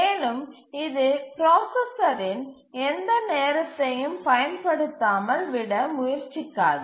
மேலும் இது பிராசசரின் எந்த நேரத்தையும் பயன்படுத்தாமல் விட முயற்சிக்காது